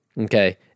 Okay